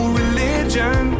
religion